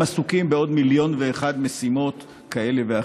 עסוקים בעוד מיליון ואחת משימות כאלה ואחרות.